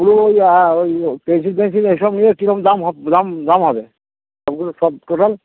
পুরোনো যা ওই পেনসিল টেনসিল এসব নিয়ে কীরকম দাম হব দাম দাম হবে এগুলো সব টোটাল